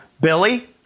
Billy